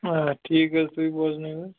آ ٹھیٖک حظ تُہۍ بوزنٲیِو حظ